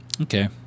okay